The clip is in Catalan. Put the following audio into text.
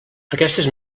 aquestes